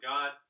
God